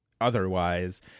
otherwise